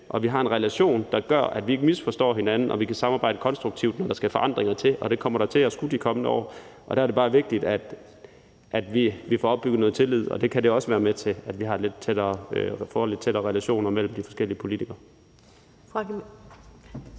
at vi har en relation, der gør, at vi ikke misforstår hinanden, og at vi kan samarbejde konstruktivt. Men der skal forandringer til, og det kommer der til at skulle de kommende år, og der er det bare vigtigt, at vi får opbygget noget tillid, og det kan det, at vi får lidt tættere relationer mellem de forskellige politikere,